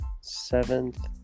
seventh